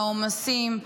העומסים,